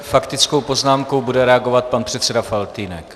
Faktickou poznámkou bude reagovat pan předseda Faltýnek.